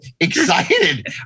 excited